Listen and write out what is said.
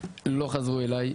לא חזרו אליי.